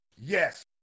Yes